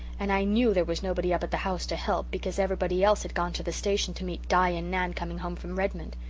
and i knew there was nobody up at the house to help, because everybody else had gone to the station to meet di and nan coming home from redmond.